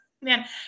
man